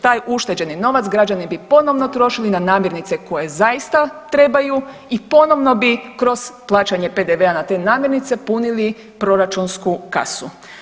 Taj ušteđeni novac građani bi ponovno trošili na namirnice koje zaista trebaju i ponovno bi kroz plaćanje PDV-a na te namirnice punili proračunsku kasu.